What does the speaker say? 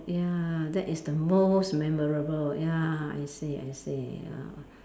ya that is the most memorable ya I see I see ya